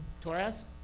Torres